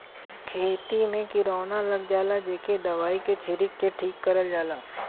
खेती में किरौना लग जाला जेके दवाई के छिरक के ठीक करल जाला